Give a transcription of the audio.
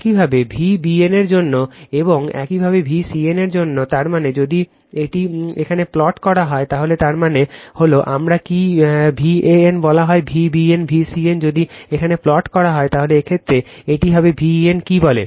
একইভাবে V bn এর জন্য এবং একইভাবে V cn এর জন্য তার মানে যদি এটি এখানে প্লট করা হয় তাহলে এর মানে হল আমার কী Van বলা হয় V bn V cn যদি এখানে প্লট করা হয় তাহলে এই ক্ষেত্রে এটিই হবে Van কী বলে